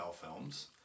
films